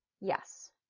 yes